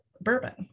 bourbon